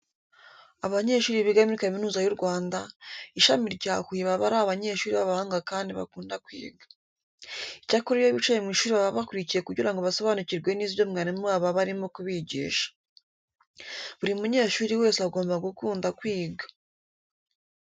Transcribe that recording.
Abanyeshuri biga muri Kaminuza y'u Rwanda, Ishami rya Huye baba ari abanyeshuri b'abahanga kandi bakunda kwiga. Icyakora iyo bicaye mu ishuri baba bakurikiye kugira ngo basobanukirwe neza ibyo mwarimu wabo aba arimo kubigisha. Buri munyeshuri wese agomba gukunda kwiga.